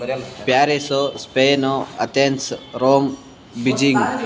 Paris Spain Athens Rome Beijing